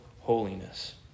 holiness